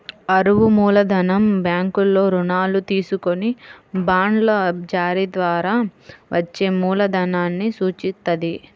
అరువు మూలధనం బ్యాంకుల్లో రుణాలు తీసుకొని బాండ్ల జారీ ద్వారా వచ్చే మూలధనాన్ని సూచిత్తది